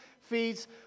feeds